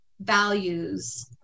values